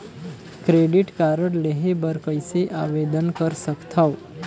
Credit card लेहे बर कइसे आवेदन कर सकथव?